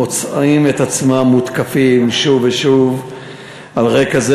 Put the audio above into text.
ומוצאים את עצמם מותקפים שוב ושוב על רקע זה.